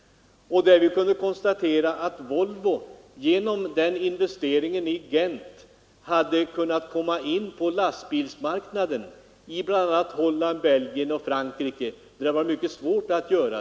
Vi kunde konstatera att Volvo genom investeringen i Gent kunnat komma in på lastbilsmarknaden i bl.a. Holland, Belgien och Frankrike, vilket hade varit mycket svårt annars.